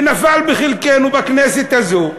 ונפל בחלקנו, בכנסת הזאת,